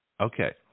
Okay